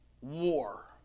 war